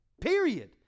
period